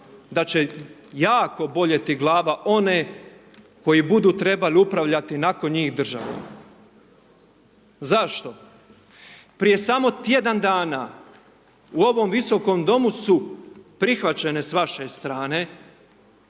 da će jako boljeti glava one koji budu trebali upravljati nakon njih državom. Zašto? Prije samo tjedan dana, u ovom Visokom domu su prihvaćene s vaše strane